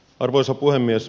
arvoisa puhemies